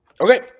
Okay